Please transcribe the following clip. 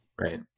Right